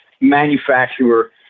manufacturer